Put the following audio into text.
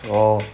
orh